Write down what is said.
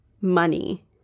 money